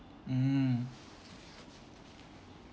mm